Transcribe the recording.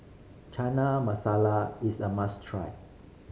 Chana Masala is a must try